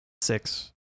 Six